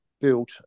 built